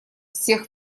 всех